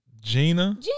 Gina